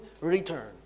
return